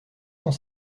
cent